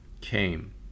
came